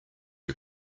are